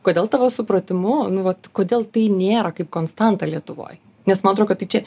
kodėl tavo supratimu nu vat kodėl tai nėra kaip konstanta lietuvoj nes man atrodo kad tai čia